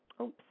Oops